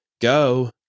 go